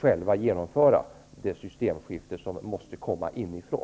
själva genomföra det systemskifte som måste komma inifrån.